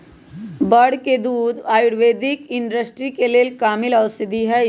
बड़ के दूध आयुर्वैदिक इंडस्ट्री के लेल कामिल औषधि हई